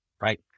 right